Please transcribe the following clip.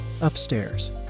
upstairs